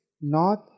north